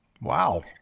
Wow